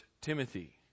Timothy